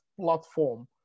platform